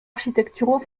architecturaux